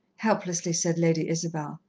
helplessly said lady isabel.